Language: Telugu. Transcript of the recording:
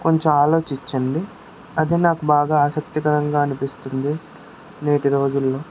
కొంచెం ఆలోచించండి అది నాకు బాగా ఆసక్తికరంగా అనిపిస్తుంది నేటి రోజుల్లో